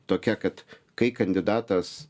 tokia kad kai kandidatas